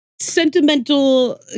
sentimental